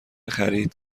خرید